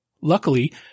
Luckily